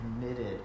committed